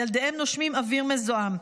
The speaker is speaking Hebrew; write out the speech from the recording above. ילדיהם נושמים אוויר מזוהם.